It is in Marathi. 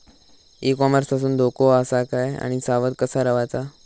ई कॉमर्स पासून धोको आसा काय आणि सावध कसा रवाचा?